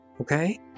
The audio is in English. Okay